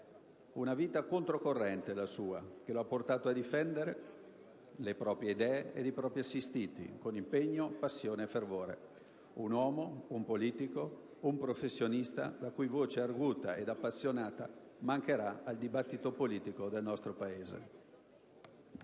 Una vita controcorrente, la sua, che lo ha portato a difendere le proprie idee e i propri assistiti con impegno, passione e fervore. Un uomo, un politico, un professionista, la cui voce arguta ed appassionata mancherà al dibattito politico del nostro Paese.